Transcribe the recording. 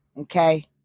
okay